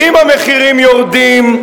ואם המחירים יורדים,